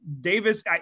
Davis